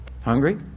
Hungry